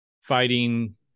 fighting